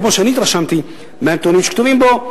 כמו שאני התרשמתי מהנתונים שכתובים בו,